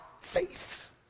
faith